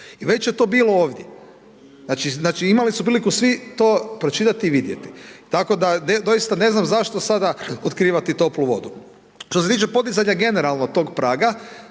I već je to bilo ovdje. Znači, imali su priliku svi to pročitati i vidjeti tako da doista ne znam zašto sada otkrivati toplu vodu. Što se tiče podizanje generalno tog praga